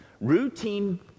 Routine